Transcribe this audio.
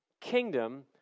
kingdom